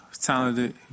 talented